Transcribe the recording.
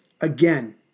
again